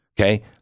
okay